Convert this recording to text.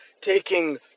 taking